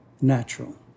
natural